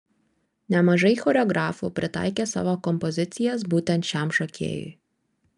nemažai choreografų pritaikė savo kompozicijas būtent šiam šokėjui